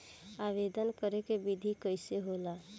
आवेदन करे के विधि कइसे होला?